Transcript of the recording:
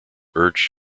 urged